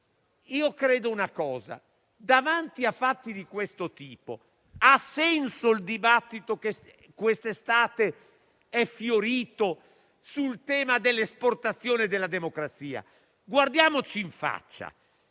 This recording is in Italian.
mi chiedo se davanti a fatti di questo tipo abbia senso il dibattito che quest'estate è fiorito sul tema dell'esportazione della democrazia. Guardiamoci in faccia: